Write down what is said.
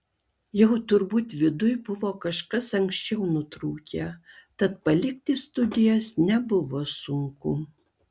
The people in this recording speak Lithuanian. jau turbūt viduj buvo kažkas anksčiau nutrūkę tad palikti studijas nebuvo sunku